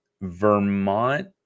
Vermont